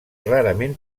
rarament